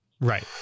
Right